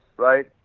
right?